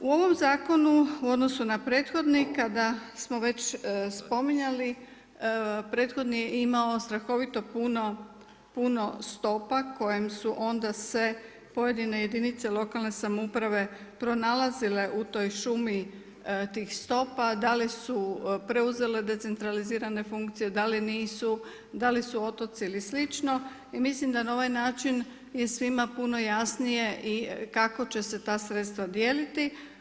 U ovom zakonu u odnosu na prethodnika da smo već spominjali prethodni je imao strahovito puno, puno stopa kojem su onda se pojedine jedinice lokalne samouprave pronalazile u toj šumi tih stopa, da li su preuzele decentralizirane funkcije, da li nisu, da li su otoci ili slično i mislim da na ovaj način je svima puno jasnije kako će se ta sredstva dijeliti.